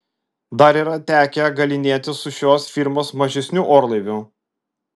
dar yra tekę galynėtis su šios firmos mažesniu orlaiviu